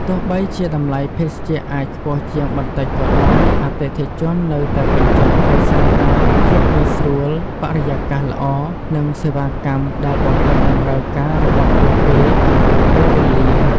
ទោះបីជាតម្លៃភេសជ្ជៈអាចខ្ពស់ជាងបន្តិចក៏ដោយ អតិថិជននៅតែពេញចិត្តដោយសារតែភាពងាយស្រួល បរិយាកាសល្អ និងសេវាកម្មដែលបំពេញតម្រូវការរបស់ពួកគេបានគ្រប់ពេលវេលា។